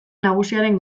nagusiaren